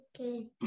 Okay